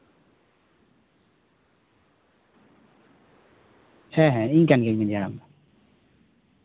ᱦᱮᱸ ᱦᱮᱸ ᱤᱧ ᱠᱟᱱ ᱜᱤᱭᱟᱹᱧ ᱢᱟᱹᱡᱷᱤ ᱦᱟᱲᱟᱢ ᱫᱚ